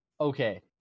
Okay